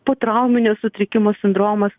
potrauminio sutrikimo sindromas